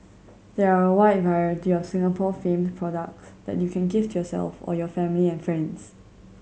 there are a wide variety of Singapore famed products that you can gift your self or your family and friends